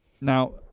Now